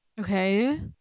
Okay